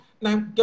Now